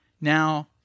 Now